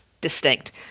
distinct